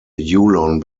yulon